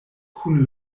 kun